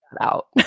out